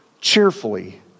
cheerfully